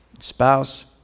spouse